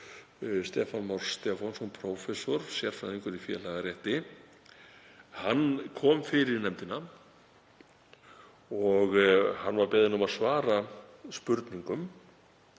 Stefán Már Stefánsson prófessor, sérfræðingur í félagarétti, kom fyrir nefndina og hann var beðinn um að svara tveimur